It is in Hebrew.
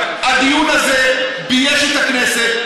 הדיון הזה בייש את הכנסת.